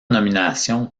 nominations